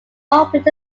orbit